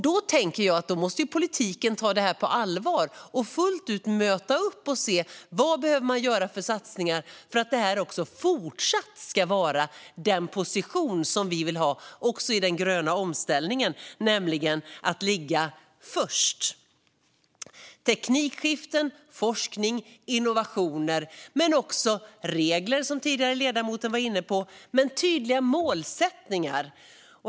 Då tänker jag att politiken måste ta detta på allvar, möta upp det fullt ut och se vilka satsningar man behöver göra för att detta fortsatt ska vara den position som vi vill ha också i den gröna omställningen, nämligen att ligga först. Det handlar om teknikskiften, forskning och innovationer men också om regler, som den tidigare ledamoten var inne på. Det måste finnas tydliga målsättningar.